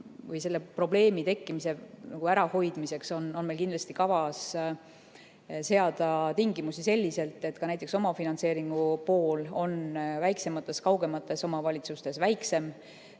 või selle probleemi tekkimise ärahoidmiseks on meil kindlasti kavas seada tingimusi selliselt, et ka näiteks omafinantseeringu pool on väiksemates, kaugemates omavalitsustes väiksem.